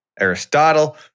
Aristotle